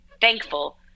thankful